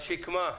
השקמה.